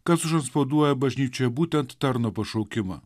kad užantspauduoja bažnyčią būtent tarno pašaukimą